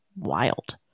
wild